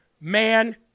man